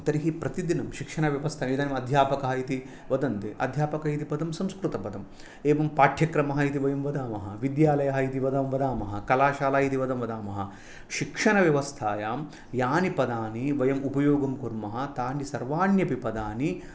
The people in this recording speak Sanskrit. तर्हि प्रतिदिनं शिक्षणव्यवस्था इदानीम् अध्यापकाः इति वदन्ति अध्यापकः इति पदं संस्कृतपदं एवं पाठ्यक्रमः इति वयं वदामः विद्यालयः इति वदं वदामः कलाशाला इति पदं वदामः शिक्षणव्यवस्थायां यानि पदानि वयम् उपयोगं कुर्मः तानि सर्वाण्यपि पदानि